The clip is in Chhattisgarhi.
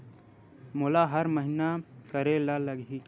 मोला हर महीना करे ल लगही?